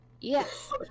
Yes